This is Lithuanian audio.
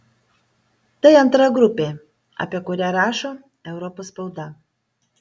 tai antra grupė apie kurią rašo europos spauda